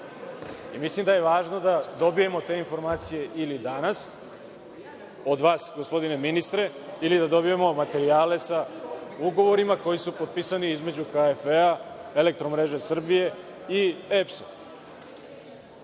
Mislim da je važno da dobijemo te informacije ili danas od vas, gospodine ministre, ili da dobijemo materijale sa ugovorima koji su potpisani između KfW, EMS i